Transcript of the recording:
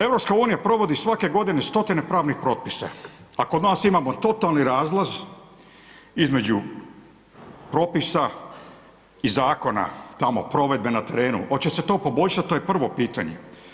EU provodi svake godine stotine pravnih propisa, a kod nas imamo totalni razlaz između propisa i zakona tamo provedbe na terenu, hoće se to poboljšati to je prvo pitanje.